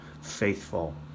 faithful